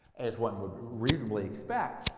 as one would reasonably expect,